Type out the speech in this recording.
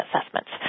assessments